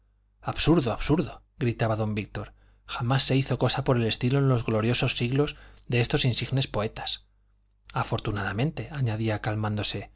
absurdo absurdo gritaba don víctor jamás se hizo cosa por el estilo en los gloriosos siglos de estos insignes poetas